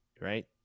right